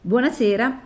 Buonasera